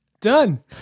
done